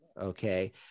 okay